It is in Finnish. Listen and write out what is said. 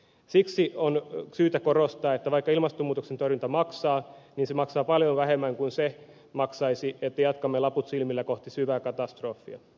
siksi on syytä korostaa että vaikka ilmastonmuutoksen torjunta maksaa niin se maksaa paljon vähemmän kuin maksaisi se että jatkamme laput silmillä kohti syvää katastrofia